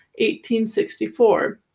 1864